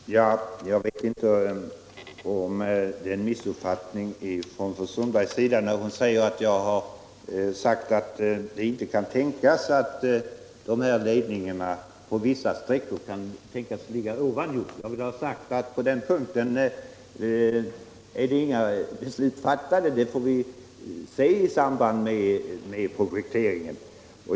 Fru talman! Jag vet inte om det är en missuppfattning från fru Sundbergs sida när hon säger att jag har sagt att man inte kan tänkas lägga ledningarna ovan jord på några sträckor. Jag vill ha sagt att det på den punkten inte har fattats några beslut. Det får vi se i samband med projekteringen.